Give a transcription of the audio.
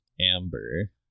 Amber